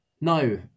no